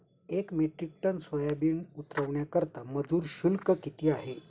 एक metric ton soybean उतरवण्याकरता मजूर शुल्क किती आहे?